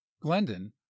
Glendon